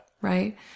Right